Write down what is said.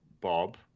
Bob